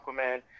Aquaman